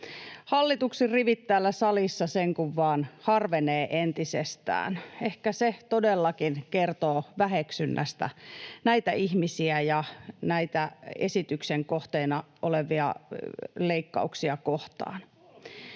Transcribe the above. Hallituksen rivit täällä salissa sen kun vaan harvenevat entisestään. Ehkä se todellakin kertoo väheksynnästä näitä ihmisiä ja näitä esityksen kohteena olevia leikkauksia kohtaan.